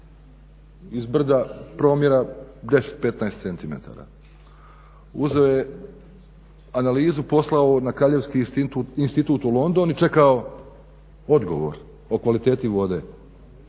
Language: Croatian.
iz brda promjera 10, 15 centimetara. Uzeo je, analizu poslao na Kraljevski institut u London i čekao odgovor o kvaliteti vode.